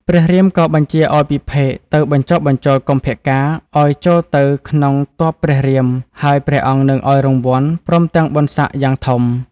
ព្រះរាមក៏បញ្ជាឱ្យពិភេកទៅបញ្ចុះបញ្ចូលកុម្ពកាណ៍ឱ្យចូលទៅក្នុងទ័ពព្រះរាម ហើយ ព្រះអង្គនឹងឱ្យរង្វាន់ ព្រមទាំងបុណ្យសក្តិយ៉ាងធំ។